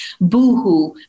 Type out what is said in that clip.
Boohoo